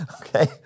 Okay